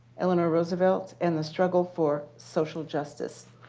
eleanor roosevelt, and the struggle for social justice.